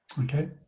Okay